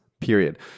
period